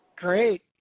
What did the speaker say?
Great